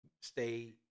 stay